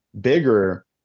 bigger